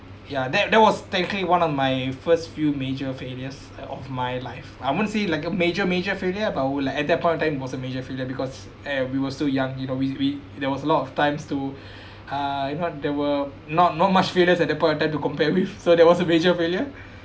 ya that that was frankly one of my first few major failures of my life I wouldn't say like a major major failure but I will like at that point of time it was a major failure because and we were still young you know we we there was a lot of times to uh you know there were not not much failures at the point of time to compare with so there was a major failure